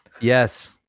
yes